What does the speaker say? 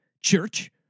Church